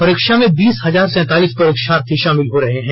परीक्षा में बीस हजार सैंतालीस परीक्षार्थी शामिल हो रहे हैं